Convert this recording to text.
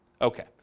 Okay